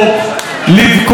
לבכות,